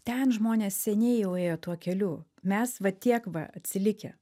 ten žmonės seniai jau ėjo tuo keliu mes va tiek va atsilikę